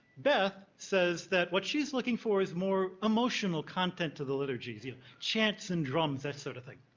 beth says that what she's looking for is more emotional content to the liturgies you chants and drums, that sort of thing.